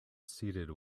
seated